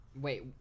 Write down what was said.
Wait